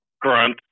grunt